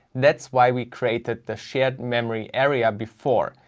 that's why we created the shared memory area before,